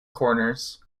corners